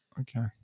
Okay